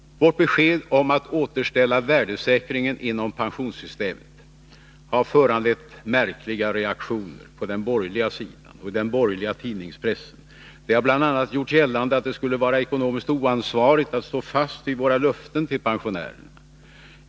Vårt besked om att återställa värdesäkringen inom pensionssystemet har föranlett märkliga reaktioner på den borgerliga sidan och i den borgerliga tidningspressen. Det har bl.a. gjorts gällande att det skulle vara ekonomiskt oansvarigt att stå fast vid våra löften till pensionärerna.